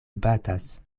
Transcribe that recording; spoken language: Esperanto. batas